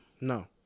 No